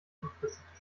befristete